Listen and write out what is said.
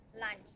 lunch